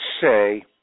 say